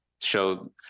show